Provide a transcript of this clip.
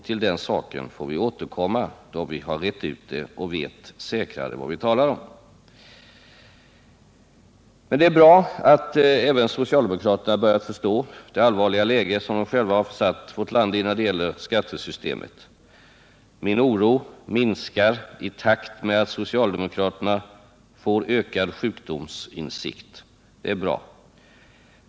Till den saken får vi återkomma då vi utrett frågan och säkrare vet vad vi talar om. Det är bra att även socialdemokraterna har börjat förstå det allvarliga läge som de själva har försatt vårt land i när det gäller skattesystemet. Min oro minskar i takt med att socialdemokraterna får ökad sjukdomsinsikt. Det är bra.